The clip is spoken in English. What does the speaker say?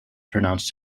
pronounced